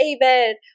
David